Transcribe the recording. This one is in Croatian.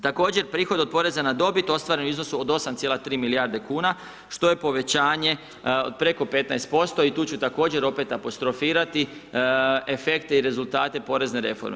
Također prihod od Poreza na dobit ostvaren u iznosu od 8,3 milijarde kuna, što je povećanje preko 15% i tu ću također opet apostrofirati efekte i rezultate Porezne reforme.